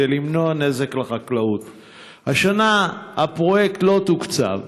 השנה הפרויקט לא תוקצב.